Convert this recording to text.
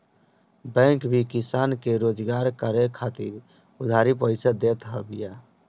bank भी किसान के रोजगार करे खातिर उधारी पईसा देत बिया